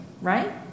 right